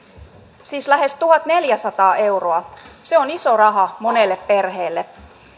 siis lähes tuhatneljäsataa euroa se on iso raha monelle perheelle